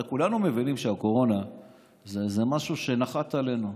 הרי כולנו מבינים שהקורונה זה משהו שנחת עלינו,